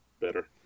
better